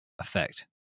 effect